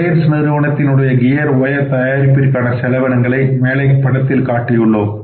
Reliance நிறுவனத்தின் உடைய gear wire தயாரிப்பிற்கான செலவினங்களை மேலே படத்தில் காட்டியுள்ளோம்